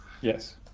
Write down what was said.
Yes